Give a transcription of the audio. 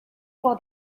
for